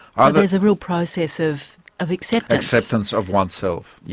ah there's a real process of of acceptance. acceptance of one's self,